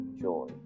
joy